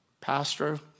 Pastor